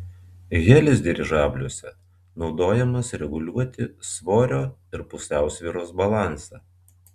helis dirižabliuose naudojamas reguliuoti svorio ir pusiausvyros balansą